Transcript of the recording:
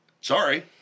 Sorry